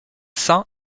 saints